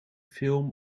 film